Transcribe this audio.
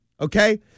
Okay